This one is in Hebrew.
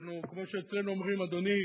יעני, כמו שאומרים אצלנו, אדוני,